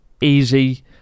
easy